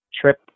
trip